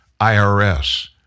IRS